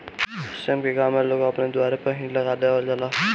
सेम के गांव में लोग अपनी दुआरे पअ ही लगा देहल जाला